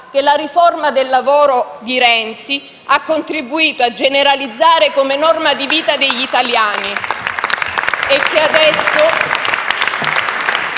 che la riforma del lavoro di Renzi ha contribuito a generalizzare come norma di vita degli italiani